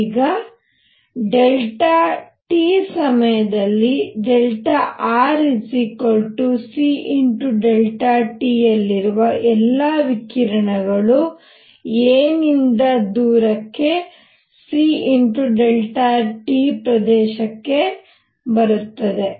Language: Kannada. ಈಗ t ಸಮಯದಲ್ಲಿ rct ಯಲ್ಲಿರುವ ಎಲ್ಲಾ ವಿಕಿರಣಗಳು a ನಿಂದ ದೂರಕ್ಕೆ c t ಪ್ರದೇಶಕ್ಕೆ ಬರುತ್ತದೆ